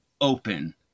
open